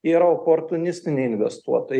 yra oportunistiniai investuotojai